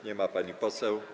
Nie ma pani poseł.